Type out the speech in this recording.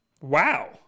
Wow